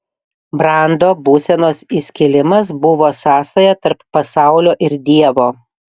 brando būsenos įskilimas buvo sąsaja tarp pasaulio ir dievo